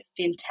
fintech